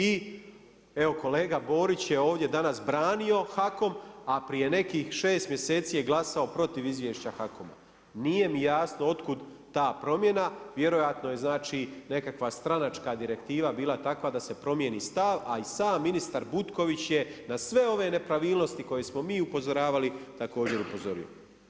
I evo kolega Borić je danas branio HAKOM, a prije nekih šest mjeseci je glasao protiv izvješća HAKOM-a. nije mi jasno od kuda ta promjena, vjerojatno je nekakva stranačka direktiva bila takva da se promijeni stav, a i sam ministar Butković je na sve ove nepravilnosti na koje smo mi upozoravali, također upozorio.